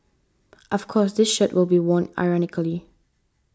of course this shirt will be worn ironically